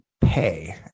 Pay